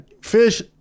fish